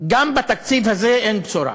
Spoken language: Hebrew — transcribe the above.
גם בתקציב הזה אין בשורה